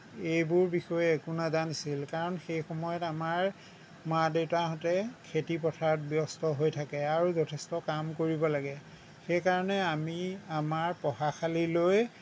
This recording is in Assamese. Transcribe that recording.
এইবোৰ বিষয়ে একো নাজানিছিল কাৰণ সেই সময়ত আমাৰ মা দেউতাহঁতে খেতি পথাৰত ব্যস্ত হৈ থাকে আৰু যথেষ্ট কাম কৰিব লাগে সেইকাৰণে আমি আমাৰ পঢ়াশালীলৈ